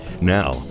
Now